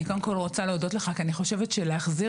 אני רוצה להודות לך כי אני חושבת שלהחזיר